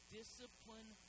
discipline